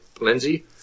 Lindsey